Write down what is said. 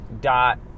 dot